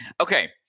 Okay